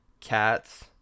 cats